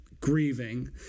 grieving